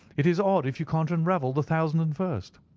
it is odd if you can't unravel the thousand and first.